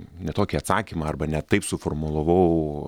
ne tokį atsakymą arba ne taip suformulavau